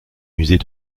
musées